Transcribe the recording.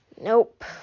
Nope